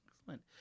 Excellent